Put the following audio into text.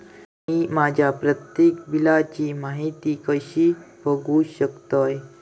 मी माझ्या प्रत्येक बिलची माहिती कशी बघू शकतय?